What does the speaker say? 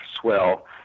swell